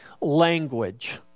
language